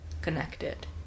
connected